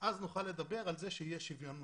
נוכל לדבר על כך שיהיה שוויון מלא.